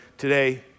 today